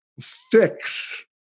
fix